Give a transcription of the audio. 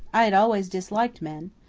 i had always disliked men.